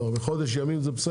חודש ימים זה מספיק?